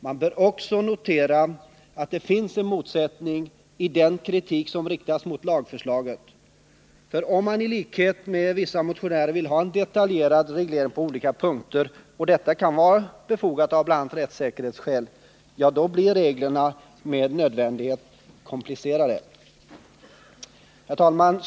Man bör också notera att det ligger en motsättning i den kritik som riktas mot lagförslaget. Om man i likhet med vissa motionärer vill ha en detaljerad reglering på olika punkter — och detta kan vara befogat av bl.a. rättssäkerhetsskäl — blir reglerna med nödvändighet komplicerade. Herr talman!